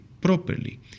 properly